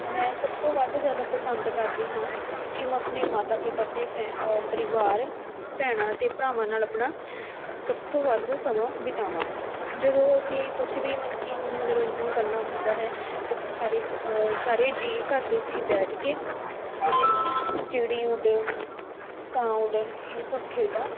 ਮੈਂ ਸਭ ਤੋਂ ਵੱਧ ਜ਼ਿਆਦਾ ਪਸੰਦ ਕਰਦੀ ਹਾਂ ਕਿ ਮੈਂ ਆਪਣੀ ਮਾਤਾ ਪਿਤਾ ਆਪਣੀ ਫੈ ਪਰਿਵਾਰ ਭੈਣਾਂ ਅਤੇ ਭਰਾਵਾਂ ਨਾਲ ਆਪਣਾ ਸਭ ਤੋਂ ਵੱਧ ਸਮਾਂ ਬਿਤਾਵਾਂ ਜਦੋਂ ਅਸੀਂ ਕੁਛ ਵੀ ਮਲ ਕਿ ਮਨੋਰੰਜਨ ਕਰਨਾ ਹੁੰਦਾ ਹੈ ਤਾਂ ਅਸੀਂ ਸਾਰੇ ਸਾਰੇ ਜੀਅ ਘਰ ਦੇ ਜੀਅ ਬੈਠ ਕੇ ਚਿੜੀ ਉੱਡ ਕਾਂ ਉੱਡ ਇਹ ਸਭ ਖੇਡਾਂ